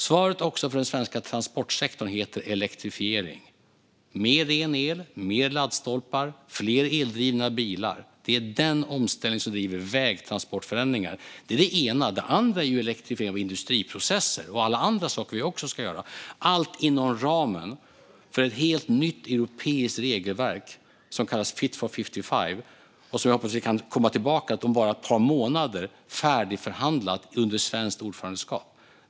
Svaret även från den svenska transportsektorn är elektrifiering. Mer ren el, mer laddstolpar och fler eldrivna bilar - det är den omställningen som driver vägtransportförändringar. Det är det ena. Det andra är elektrifiering av industriprocesser och alla andra saker som vi ska göra, allt inom ramen för ett helt nytt europeiskt regelverk som kallas Fit for 55 och som jag hoppas kan vara färdigförhandlat om bara några månader, under svenskt ordförandeskap.